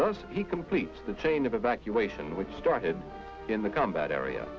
does he completes the chain of evacuation which started in the combat area